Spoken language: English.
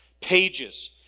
Pages